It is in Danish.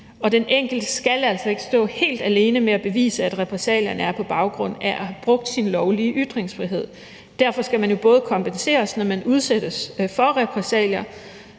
den enkelte skal altså ikke stå helt alene med at bevise, at repressalierne er på baggrund af at have brugt sin lovlige ytringsfrihed. Derfor skal man jo kompenseres, når man udsættes for repressalier,